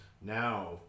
now